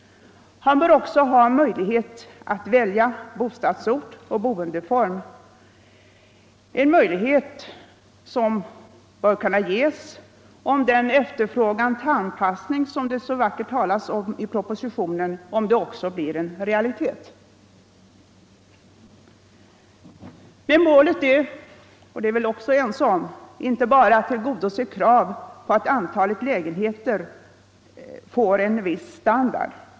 Han bör även ha möjlighet att välja bostadsort och boendeform — en möjlighet som bör kunna ges om den anpassning till efterfrågan som det så vackert talas om i propositionen också blir en realitet. Men målet är — det är vi väl ense om — inte bara att tillgodose krav på att lägenheterna får en viss standard.